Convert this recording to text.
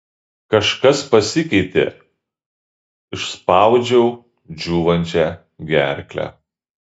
kažkas pasikeitė išspaudžiau džiūvančia gerkle